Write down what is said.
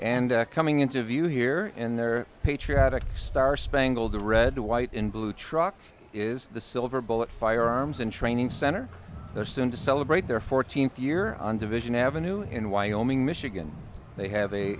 and coming into view here in their patriotic star spangled the red white and blue truck is the silver bullet firearms and training center there soon to celebrate their fourteenth year on division ave in wyoming michigan they have a